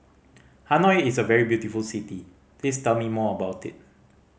Hanoi is a very beautiful city please tell me more about it